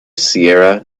sierra